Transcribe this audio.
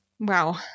Wow